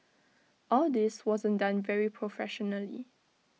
all this wasn't done very professionally